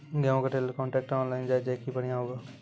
गेहूँ का trailer contractor online जाए जैकी बढ़िया हुआ